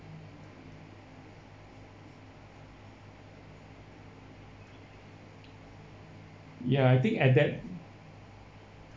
ya I think at that